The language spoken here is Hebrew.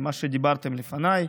מה שדיברתם לפניי.